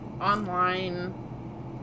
online